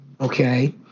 Okay